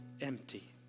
empty